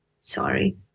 sorry